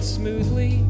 smoothly